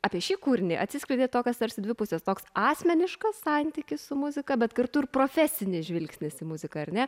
apie šį kūrinį atsiskleidė tokios tarsi dvi pusės toks asmeniškas santykis su muzika bet kartu ir profesinis žvilgsnis į muziką ar ne